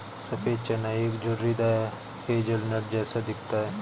सफेद चना एक झुर्रीदार हेज़लनट जैसा दिखता है